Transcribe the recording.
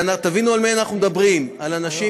תבינו על מי אנחנו מדברים: על אנשים